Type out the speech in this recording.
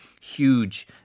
huge